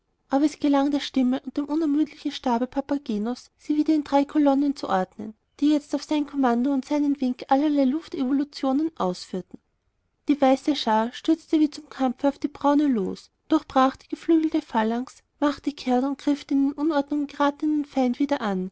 aber es gelang der stimme und dem unermüdlichen stabe papagenos sie wieder in drei kolonnen zu ordnen die jetzt auf sein kommando und seinen wink allerlei luftevolutionen ausführten die weiße schar stürzte wie zum kampfe auf die braune los durchbrach die geflügelte phalanx machte kehrt und griff den in unordnung geratenen feind wieder an